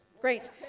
Great